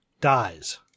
dies